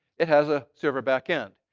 it has a server back-end.